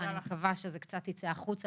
אני מקווה שזה קצת ייצא החוצה,